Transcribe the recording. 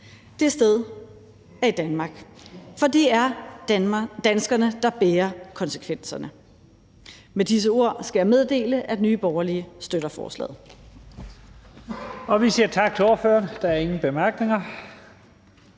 Det sted er i Danmark, for det er danskerne, der bærer konsekvenserne. Med disse ord skal jeg meddele, at Nye Borgerlige støtter forslaget. Kl. 15:36 Første næstformand (Leif Lahn Jensen):